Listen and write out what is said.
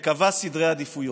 וקבע סדרי עדיפויות.